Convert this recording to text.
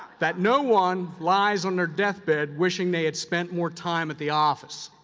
that no one lies on their deathbed wishing they had spent more time at the office.